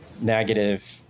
negative